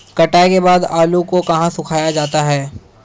कटाई के बाद आलू को कहाँ सुखाया जाता है?